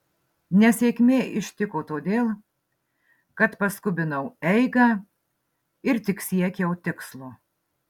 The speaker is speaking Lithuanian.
nesėkmė ištiko todėl kad paskubinau eigą ir tik siekiau tikslo